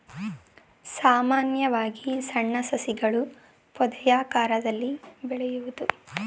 ಸಾಮಾನ್ಯವಾಗಿ ಸಣ್ಣ ಸಸಿಗಳು ಪೊದೆಯಾಕಾರದಲ್ಲಿ ಬೆಳೆಯುತ್ತದೆ